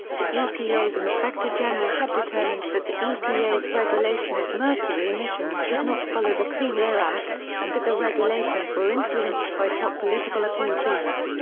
the epa's inspector general had determined that the epa's regulation of mercury emissions did not follow the clean air act, and that the regulations were influenced by top political appointees.